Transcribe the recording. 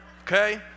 Okay